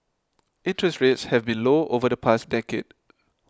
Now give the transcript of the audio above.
interest rates have been low over the past decade